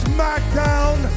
Smackdown